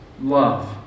love